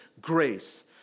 grace